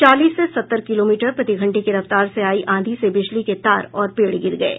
चालीस से सत्तर किलोमीटर प्रतिघंटे की रफ्तार से आयी आंधी से बिजली के तार और पेड़ गिर गये